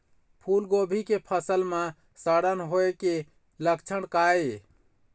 फूलगोभी के फसल म सड़न होय के लक्षण का ये?